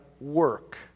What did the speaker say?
work